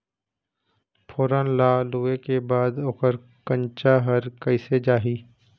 फोरन ला लुए के बाद ओकर कंनचा हर कैसे जाही?